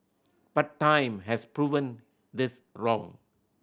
but time has proven this wrong